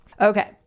Okay